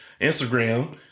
Instagram